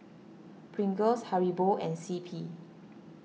Pringles Haribo and C P